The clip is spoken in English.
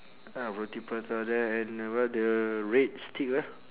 uh roti prata there and the what the red steak ah